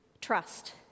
Trust